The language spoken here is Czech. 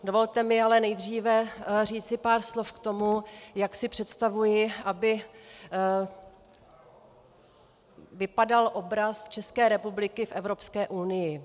Dovolte mi ale nejdříve říci pár slov k tomu, jak si představuji, aby vypadal obraz České republiky v Evropské unii.